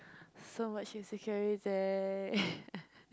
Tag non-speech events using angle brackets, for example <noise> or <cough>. so much insecurity <laughs>